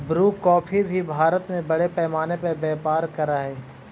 Bru coffee भी भारत में बड़े पैमाने पर व्यापार करअ हई